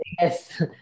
Yes